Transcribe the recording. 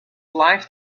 life